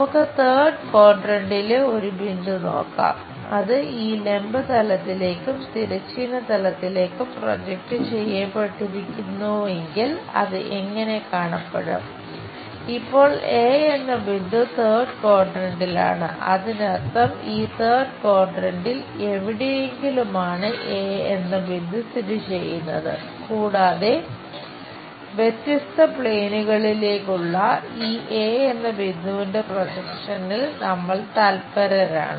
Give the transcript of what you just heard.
നമുക്ക് തേർഡ് ക്വാഡ്രന്റിലെ നമ്മൾ തല്പരരാണ്